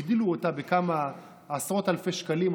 הגדילו אותה בכמה עשרות אלפי שקלים,